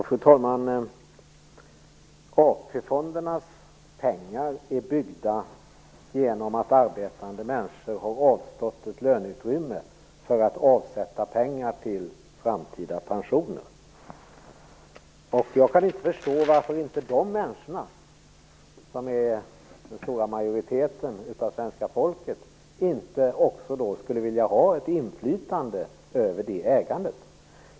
Fru talman! AP-fondernas pengar har kommit till genom att arbetande människor har avstått ett löneutrymme för att avsätta pengar till framtida pensioner. Jag kan inte förstå varför inte dessa människor, som är den stora majoriteten av svenska folket, också skulle vilja ha ett inflytande över det ägandet.